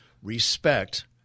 respect